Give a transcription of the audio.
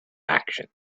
actions